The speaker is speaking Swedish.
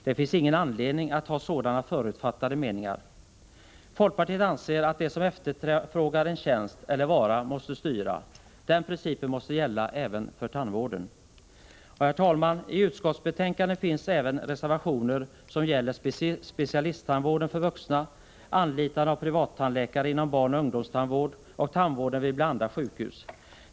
Det finns ingen anledning att ha sådana förutfattade meningar. Folkpartiet anser att de som efterfrågar en tjänst eller vara måste styra. Den principen måste gälla även för tandvård. Herr talman! I utskottsbetänkandet finns även reservationer som gäller specialisttandvården för vuxna, anlitandet av privattandläkare inom barnoch ungdomstandvården och tandvården vid bl.a. sjukhus.